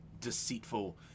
deceitful